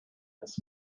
this